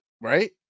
Right